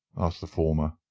asked the former.